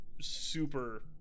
super